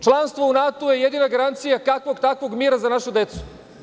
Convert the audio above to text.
Članstvo u NATO-u je jedina garancija, kakvog takvog, mira za našu decu.